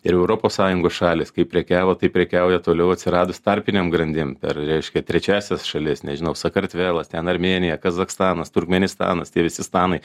ir europos sąjungos šalys kaip prekiavo taip prekiauja toliau atsiradus tarpinėm grandim per reiškia trečiąsias šalis nežinau sakartvelasten armėnija kazachstanas turkmėnistanas tie visi stanai